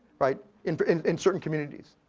right? in in certain communities.